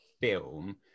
film